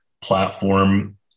platform